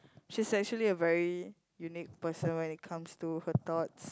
she's actually a very unique person when it comes to her thoughts